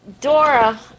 dora